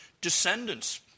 descendants